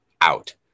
out